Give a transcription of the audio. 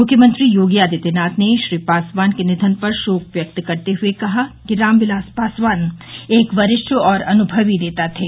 मुख्यमंत्री योगी आदित्यनाथ ने श्री पासवान के निधन पर शोक व्यक्त करते हुए कहा कि रामविलास पासवान एक वरिष्ठ और अनुभवी नेता थे